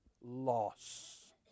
loss